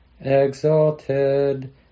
exalted